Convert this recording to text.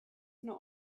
not